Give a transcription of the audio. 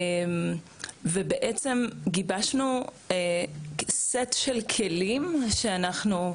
ובעצם, גיבשנו סט של כלים שאנחנו,